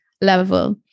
level